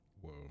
Whoa